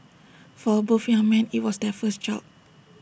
for both young men IT was their first job